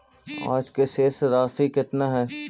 आज के शेष राशि केतना हई?